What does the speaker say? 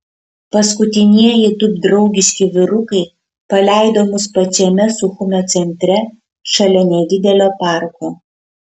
paskutinieji du draugiški vyrukai paleido mus pačiame suchumio centre šalia nedidelio parko